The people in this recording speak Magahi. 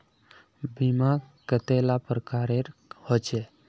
बीमा कतेला प्रकारेर होचे?